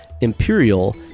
Imperial